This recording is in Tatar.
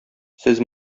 сез